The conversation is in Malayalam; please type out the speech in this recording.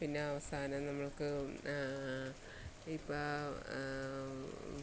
പിന്നെ അവസാനം നമ്മൾക്ക് ഇപ്പം